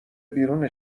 بیرون